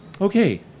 Okay